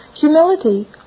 Humility